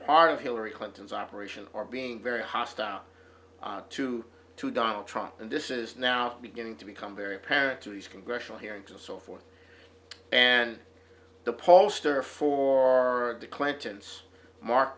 part of hillary clinton's operation or being very hostile to to donald trump and this is now beginning to become very apparent to these congressional hearings and so forth and the pollster for the clintons mark